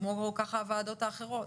ככה גם הוועדות האחרות.